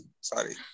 sorry